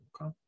Okay